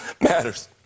matters